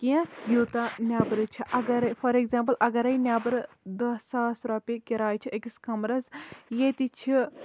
کیٚنہہ یوٗتاہ نیٚبرٕ چھُ اَگرٕے فار اٮ۪گزامپٕل اَگرٕے نیٚبرٕ دہ ساس رۄپیہِ کِرایہِ چھِ أکِس کَمبرَس ییٚتہِ چھِ